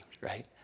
Right